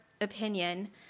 opinion